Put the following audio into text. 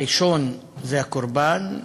הראשון זה הקורבן,